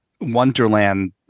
wonderland